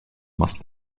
must